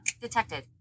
Detected